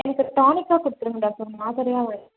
எனக்கு டானிக்காக கொடுத்துருங்க டாக்டர் மாத்தரையாக வேணாம்